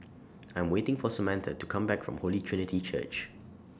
I'm waiting For Samatha to Come Back from Holy Trinity Church